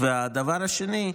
הדבר השני,